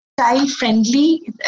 child-friendly